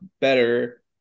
better